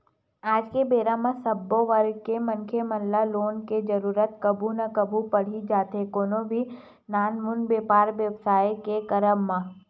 आज के बेरा म सब्बो वर्ग के मनखे मन ल लोन के जरुरत कभू ना कभू पड़ ही जाथे कोनो भी नानमुन बेपार बेवसाय के करब म